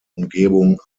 umgebung